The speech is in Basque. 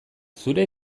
zure